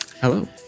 Hello